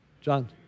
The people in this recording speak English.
John